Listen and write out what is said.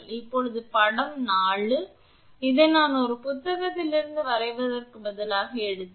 இப்போது இது படம் 4 இதை நான் ஒரு புத்தகத்திலிருந்து வரைவதற்குப் பதிலாக எடுத்தேன்